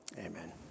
Amen